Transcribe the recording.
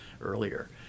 earlier